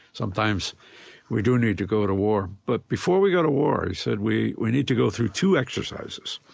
sometimes we do need to go to war. but before we go to war, he said, we we need to go through two exercises,